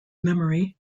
memory